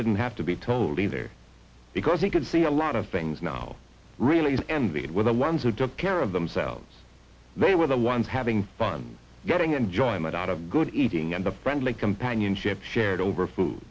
didn't have to be told either because he could see a lot of things now really the ones who took care of themselves they were the ones having fun getting enjoyment out of good eating and the friendly companionship shared over food